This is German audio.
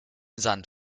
sand